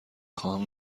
خواهم